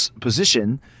position